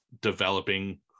developing